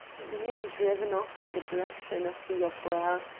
being driven off in the direction of the opera.